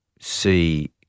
see